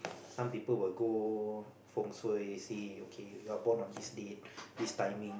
some people will go fengshu see okay if you are born on this date this timing